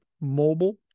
Mobile